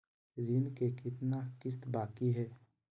ऋण के कितना किस्त बाकी है?